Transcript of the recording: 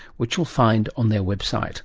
which you'll find on their website